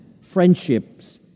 friendships